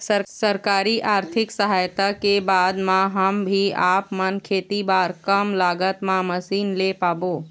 सरकारी आरथिक सहायता के बाद मा हम भी आपमन खेती बार कम लागत मा मशीन ले पाबो?